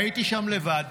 הייתי שם לבד.